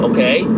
Okay